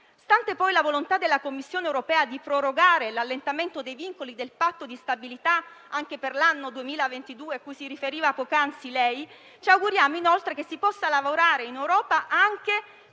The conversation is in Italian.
Stante poi la volontà della Commissione europea di prorogare l'allentamento dei vincoli del Patto di stabilità anche per l'anno 2022, cui lei si è riferito poc'anzi, ci auguriamo che si possa lavorare in Europa anche